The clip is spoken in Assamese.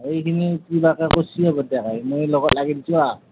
এইখিনি কিবাকে কৰিছে বৰডেকাই মই লগত লাগি দিছোঁ আৰু